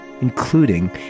including